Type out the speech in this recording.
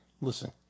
listen